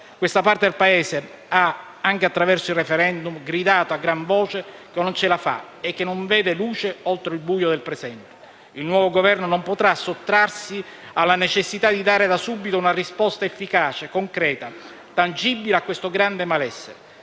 Questa parte del Paese, anche attraverso il *referendum*, ha gridato a gran voce che non ce la fa e non vede luce oltre il buio del presente. Il nuovo Governo non potrà sottrarsi alla necessità di dare da subito una risposta efficace, concreta, tangibile a questo grande malessere.